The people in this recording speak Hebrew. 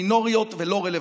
מינוריות ולא רלוונטיות.